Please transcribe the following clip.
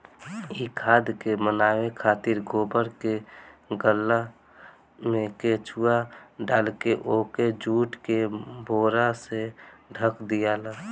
इ खाद के बनावे खातिर गोबर के गल्ला में केचुआ डालके ओके जुट के बोरा से ढक दियाला